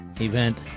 event